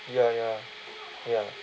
ya ya ya